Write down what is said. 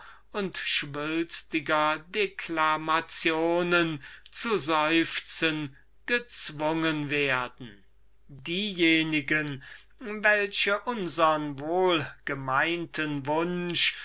und schwülstiger deklamationen zu seufzen gezwungen werden für diejenigen welche unsern frommen wunsch